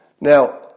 Now